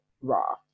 raw